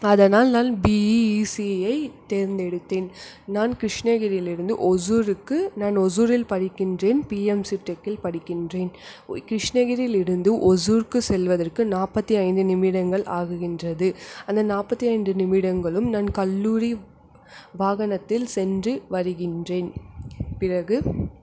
அதனால் நான் பிஇ இசிஇயை தேர்ந்தெடுத்தேன் நான் கிருஷ்ணகிரியில் இருந்து ஓசூருக்கு நான் ஒசூரில் படிக்கின்றேன் பிஎம்சி டெக்கில் படிக்கின்றேன் கிருஷ்ணகிரியில் இருந்து ஒசூருக்கு செல்வதற்கு நாற்பத்தி ஐந்து நிமிடங்கள் ஆகின்றது அந்த நாற்பத்தி ஐந்து நிமிடங்களும் நான் கல்லூரி வாகனத்தில் சென்று வருகின்றேன் பிறகு